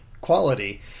quality